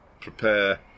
prepare